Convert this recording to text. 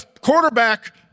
quarterback